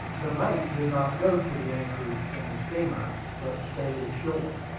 the mate did not go to the anchorage in the steamer, but stayed ashore.